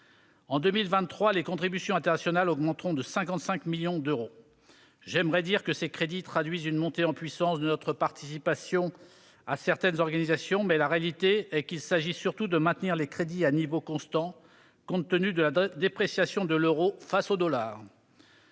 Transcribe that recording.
En 2023, les contributions internationales augmenteront de 55 millions d'euros. J'aimerais dire que ces crédits traduisent une montée en puissance de notre participation à certaines organisations, mais la réalité est qu'il s'agit surtout de maintenir les crédits à niveau constant, compte tenu de la dépréciation de l'euro face au dollar.